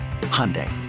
Hyundai